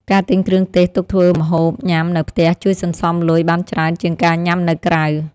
ការទិញគ្រឿងទេសទុកធ្វើម្ហូបញ៉ាំនៅផ្ទះជួយសន្សំលុយបានច្រើនជាងការញ៉ាំនៅក្រៅ។